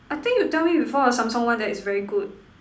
I think you tell me before the Samsung one that is very good